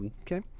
Okay